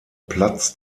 platz